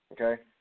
okay